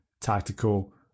tactical